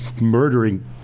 murdering